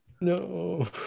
no